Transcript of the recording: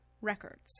records